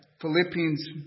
Philippians